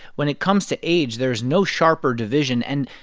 when it comes to age, there is no sharper division. and,